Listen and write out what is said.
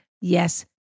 yes